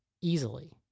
easily